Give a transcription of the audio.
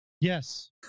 Yes